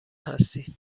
هستید